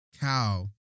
cow